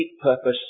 purpose